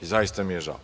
Zaista mi je žao.